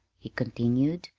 he continued,